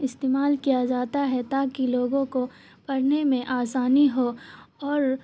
استعمال کیا جاتا ہے تاکہ لوگوں کو پڑھنے میں آسانی ہو اور